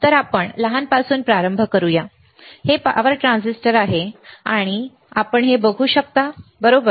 तर आपण लहान पासून प्रारंभ करूया हे पॉवर ट्रान्झिस्टर आहे आपण पॉवर ट्रान्झिस्टर पाहू शकता बरोबर